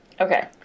Okay